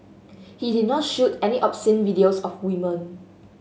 he did not shoot any obscene videos of women